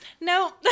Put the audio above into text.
No